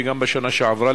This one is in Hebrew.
וגם בשנה שעברה,